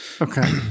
Okay